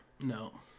No